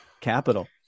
capital